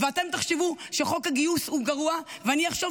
אתם תחשבו שחוק הגיוס הוא גרוע ואני אחשוב